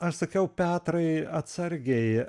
aš sakiau petrai atsargiai